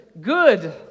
good